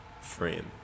frame